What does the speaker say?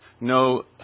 no